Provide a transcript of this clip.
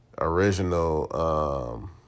original